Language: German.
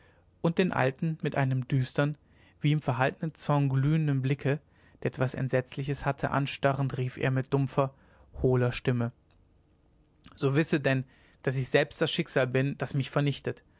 und den alten mit einem düsteren wie im verhaltenen zorn glühenden blicke der etwas entsetzliches hatte anstarrend rief er mit dumpfer hohler stimme so wisse denn daß ich selbst das schicksal bin das mich vernichtet